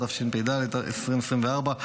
התשפ"ד 2024,